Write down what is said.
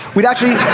we'd actually.